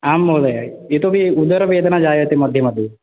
आम् महोदय इतोऽपि उदरवेदना जायते मध्ये मध्ये